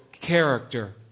Character